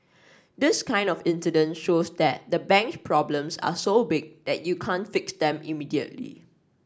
this kind of incident shows that the bank's problems are so big that you can't fix them immediately